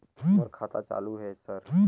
मोर खाता चालु हे सर?